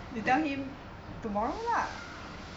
you tell him tomorrow lah